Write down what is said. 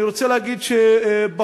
אני רוצה להגיד שבחושך